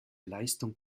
leistung